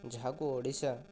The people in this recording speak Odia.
ଯାହାକୁ ଓଡ଼ିଶା